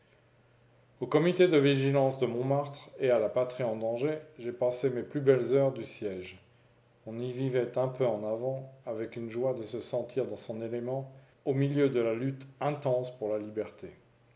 au comité de vigilance de montmartre et à la patrie en danger j'ai passé mes plus belles heures du siège on y vivait un peu en avant avec une joie de se sentir dans son élément au milieu de la lutte intense pour la liberté